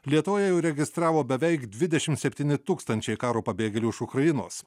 lietuvoje jau registravo beveik dvidešimt septyni tūkstančiai karo pabėgėlių iš ukrainos